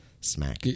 smack